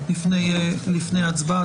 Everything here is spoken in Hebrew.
לפני הצבעה.